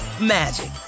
magic